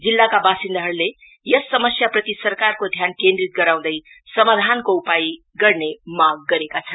जिल्लाका वासिन्दाहरुले यस समस्या प्रति सरकारको ध्यान केन्द्रित गराउँदै समाधानको अपाय गर्ने माग गरेका छन्